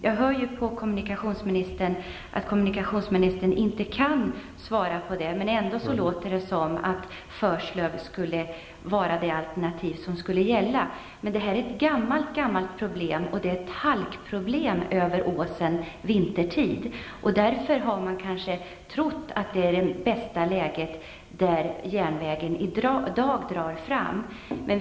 Jag vet att kommunikationsministern inte kan svara på detta, men ändå låter det som om Förslöv skulle vara det alternativ som kommer att gälla. Men detta är ett gammalt problem, och det finns problem med halka över åsen vintertid. Man har kanske därför trott, att där järnvägen i dag drar fram är bästa läget.